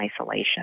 isolation